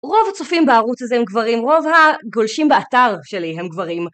רוב הצופים בערוץ הזה הם גברים, רוב הגולשים באתר שלי הם גברים.